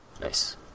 nice